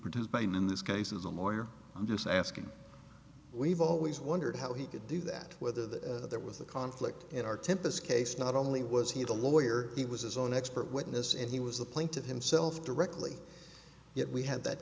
produce pain in this case is a more i'm just asking we've always wondered how he could do that whether that there was a conflict in our tempus case not only was he the lawyer he was his own expert witness and he was appointed himself directly yet we had that